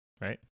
right